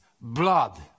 blood